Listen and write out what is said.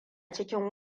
cikin